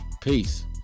Peace